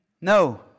no